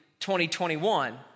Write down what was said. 2021